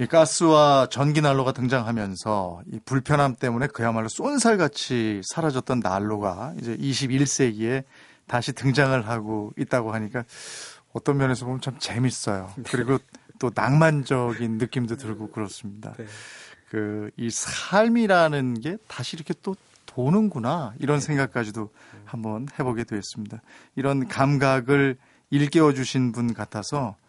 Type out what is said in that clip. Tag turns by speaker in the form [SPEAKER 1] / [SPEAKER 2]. [SPEAKER 1] 이 가스와 전기난로가 등장하면서 이 불편함 때문에 그야말로 쏜살같이 사라졌던 난로가 이제 21세기에 다시 등장을 하고 있다고 하니까 어떤 면에서 보면 참 재밌어요. 그리고 또 낭만적인 느낌도 들고 그렇습니다.
[SPEAKER 2] 네.
[SPEAKER 1] 그 이 삶이라는 게 다시 이렇게 또 도는구나 이런
[SPEAKER 2] 네.
[SPEAKER 1] 생각까지도
[SPEAKER 2] 네.
[SPEAKER 1] 한번 해보게 됐습니다. 이런 감각을 일깨워주신 분 같아서